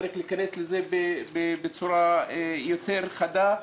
צריך להיכנס לזה בצורה חדה יותר.